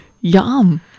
Yum